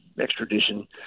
extradition